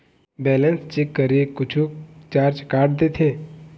Balance check करें कुछू charge काट देथे?